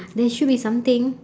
there should be something